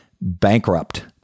bankrupt